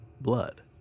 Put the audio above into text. blood